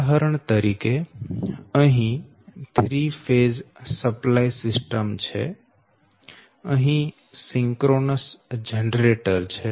ઉદાહરણ તરીકે અહી 3 ફેઝ સપ્લાય સિસ્ટમ છે અહી સિન્ક્રોનસ જનરેટર છે